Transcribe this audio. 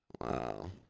wow